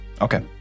Okay